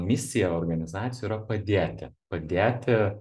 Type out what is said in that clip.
misija organizacijų yra padėti padėti